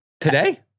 Today